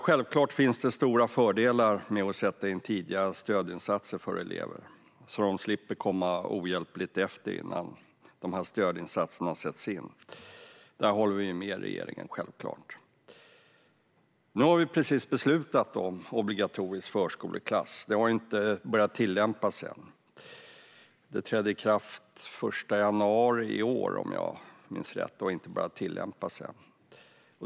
Självklart finns det stora fördelar med att sätta in tidiga stödinsatser för elever, så att de slipper komma ohjälpligt efter innan stödinsatserna sätts in, där håller vi med regeringen. Nu har vi precis beslutat om obligatorisk förskoleklass. Det har inte börjat tillämpas än och inte heller trätt i kraft.